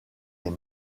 est